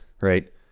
Right